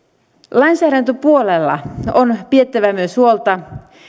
lainsäädäntöpuolella on pidettävä myös huolta